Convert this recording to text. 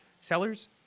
Sellers